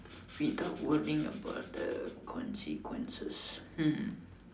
without worrying about the consequences hmm